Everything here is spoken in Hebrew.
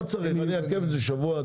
לא צריך אני אעכב את זה שבוע,